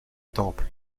temple